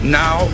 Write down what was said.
now